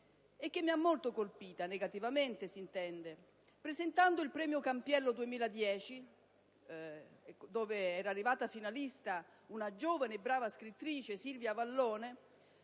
che mi ha molto colpita - si intende - negativamente. Presentando il Premio Campiello 2010, dove era arrivata finalista una giovane e brava scrittrice, Silvia Avallone,